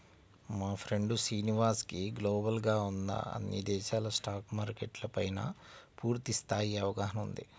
మా ఫ్రెండు శ్రీనివాస్ కి గ్లోబల్ గా ఉన్న అన్ని దేశాల స్టాక్ మార్కెట్ల పైనా పూర్తి స్థాయి అవగాహన ఉంది